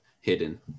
hidden